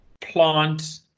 plant